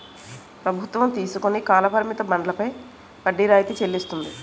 ప్రభుత్వం తీసుకుని కాల పరిమిత బండ్లపై వడ్డీ రాయితీ చెల్లిస్తుంది